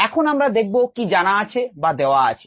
এখন আমরা দেখব কি জানা আছে বা দেওয়া আছে